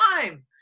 time